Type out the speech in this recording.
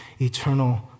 eternal